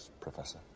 Professor